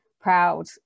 proud